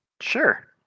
Sure